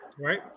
Right